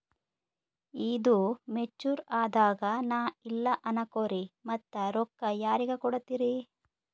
ಈದು ಮೆಚುರ್ ಅದಾಗ ನಾ ಇಲ್ಲ ಅನಕೊರಿ ಮತ್ತ ರೊಕ್ಕ ಯಾರಿಗ ಕೊಡತಿರಿ?